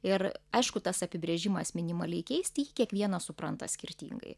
ir aišku tas apibrėžimas minimaliai keisti jį kiekvienas supranta skirtingai